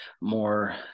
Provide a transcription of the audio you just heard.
more